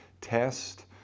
test